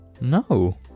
No